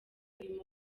uyu